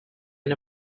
and